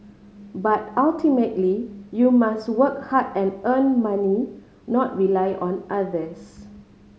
but ultimately you must work hard and earn money not rely on others